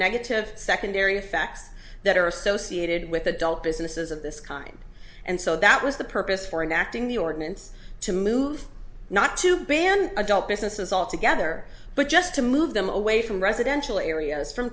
negative secondary effects that are associated with adult businesses of this kind and so that was the purpose for an acting the ordinance to move not to ban adult businesses altogether but just to move them away from residential areas from